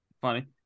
funny